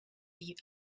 die